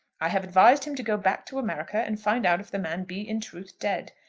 i have advised him to go back to america and find out if the man be in truth dead.